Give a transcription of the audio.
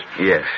Yes